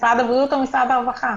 משרד הבריאות או משרד הרווחה?